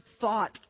thought